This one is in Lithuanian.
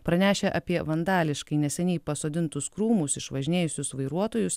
pranešę apie vandališkai neseniai pasodintus krūmus išvažinėjusius vairuotojus